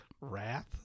Wrath